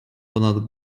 ponad